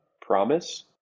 promise